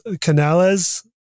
canales